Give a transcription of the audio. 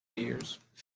years